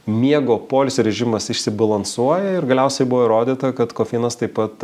miego poilsio režimas išsibalansuoja ir galiausiai buvo įrodyta kad kofeinas taip pat